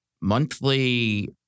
monthly